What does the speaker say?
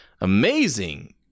amazing